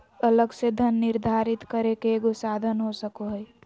अलग से धन निर्धारित करे के एगो साधन हो सको हइ